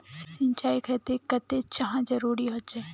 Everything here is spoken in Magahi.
सिंचाईर खेतिर केते चाँह जरुरी होचे?